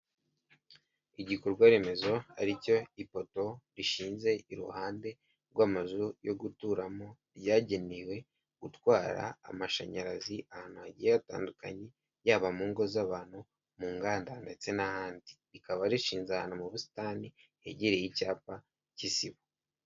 Igikorwa remezo aricyo ipoto rishinze iruhande rw'amazu yo guturamo ryagenewe gutwara amashanyarazi ahantu hagiye hatandukanye yaba mu ngo z'abantu mu nganda ndetse n'ahandi, rikaba rishinze mu busitani hegereye icyapa cy'isibo.